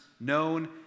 known